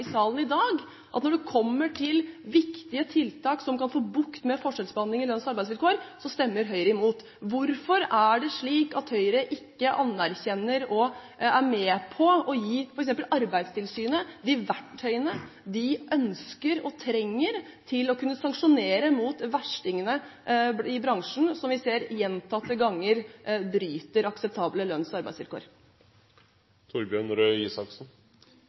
i salen i dag, at når det kommer til viktige tiltak som kan få bukt med forskjellsbehandling i lønns- og arbeidsvilkår, stemmer Høyre imot. Hvorfor er det slik at Høyre ikke anerkjenner og er med på å gi f.eks. Arbeidstilsynet de verktøyene de ønsker og trenger for å kunne sanksjonere mot verstingene i bransjen, som vi ser gjentatte ganger bryter akseptable lønns- og arbeidsvilkår?